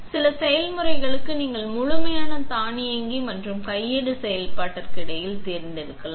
சில செயல்முறைகளுக்கு நீங்கள் முழுமையாக தானியங்கி மற்றும் கையேடு செயல்பாட்டிற்கு இடையில் தேர்ந்தெடுக்கலாம்